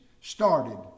started